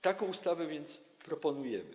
Taką ustawę więc proponujemy.